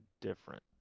different